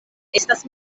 estas